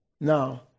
now